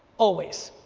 always.